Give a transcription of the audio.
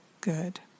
good